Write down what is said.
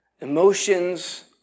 emotions